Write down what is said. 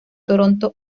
toronto